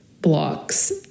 blocks